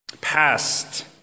Past